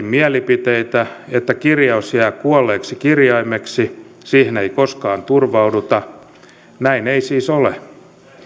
mielipiteitä että kirjaus jää kuolleeksi kirjaimeksi siihen ei koskaan turvauduta näin ei siis ole